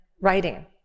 writing